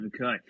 Okay